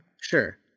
sure